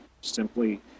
simply